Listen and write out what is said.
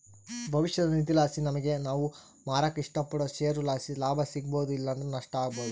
ಭವಿಷ್ಯದ ನಿಧಿಲಾಸಿ ನಮಿಗೆ ನಾವು ಮಾರಾಕ ಇಷ್ಟಪಡೋ ಷೇರುಲಾಸಿ ಲಾಭ ಸಿಗ್ಬೋದು ಇಲ್ಲಂದ್ರ ನಷ್ಟ ಆಬೋದು